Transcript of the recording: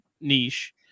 niche